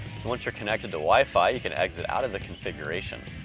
so once you're connected to wi-fi, you can exit out of the configuration.